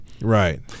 Right